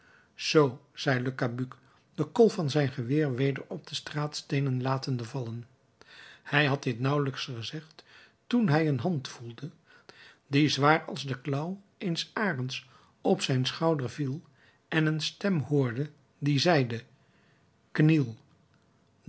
le cabuc den kolf van zijn geweer weder op de straatsteenen latende vallen hij had dit nauwelijks gezegd toen hij een hand voelde die zwaar als de klauw eens arends op zijn schouder viel en een stem hoorde die zeide kniel